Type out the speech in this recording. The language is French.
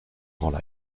grands